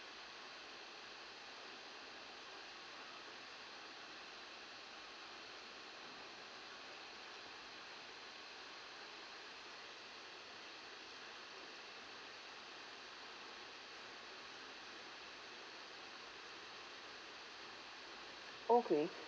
okay